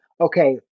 okay